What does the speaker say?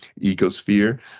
ecosphere